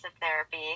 therapy